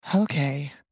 Okay